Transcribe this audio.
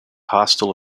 hostile